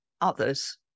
others